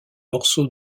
morceaux